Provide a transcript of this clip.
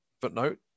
Footnote